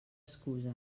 excusa